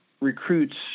recruits